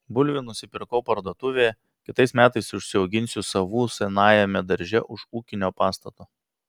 bulvių nusipirkau parduotuvėje kitais metais užsiauginsiu savų senajame darže už ūkinio pastato